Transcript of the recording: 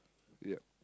yup